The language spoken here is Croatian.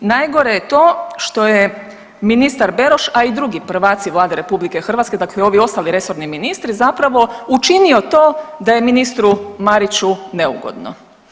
Najgore je to što je ministar Beroš, a i drugi prvaci Vlade RH, dakle ovi ostali resorni ministri zapravo učinio to da je ministru Mariću neugodno.